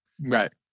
Right